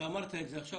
אתה אמרת את זה עכשיו,